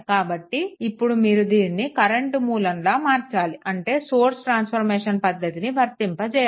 కాబట్టి ఇప్పుడు మీరు దీనిని కరెంట్ మూలంగా మార్చాలి అంటే సోర్స్ ట్రాన్స్ఫర్మేషన్ పద్దతిని వర్తింపజేయాలి